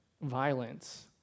violence